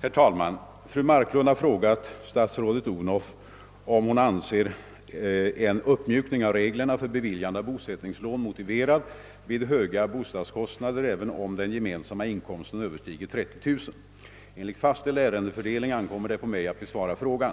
Herr talman! Fru Marklund har frågat statsrådet Odhnoff om hon anser en uppmjukning av reglerna för beviljande av bosättningslån motiverad vid höga bostadskostnader även om den gemensamma inkomsten överstiger 30 000 kronor. Enligt fastställd ärendefördelning ankommer det på mig att besvara frågan.